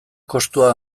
kostua